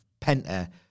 Penta